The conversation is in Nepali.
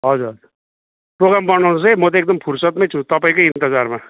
हजुर प्रोग्राम बनाउनुहोस् है म त एकदम फुर्सुदमै छु तपाईँकै इन्तजारमा